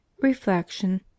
Reflection